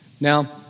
now